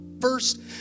first